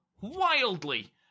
wildly